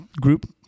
group